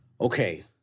okay